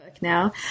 now